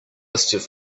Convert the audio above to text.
stiff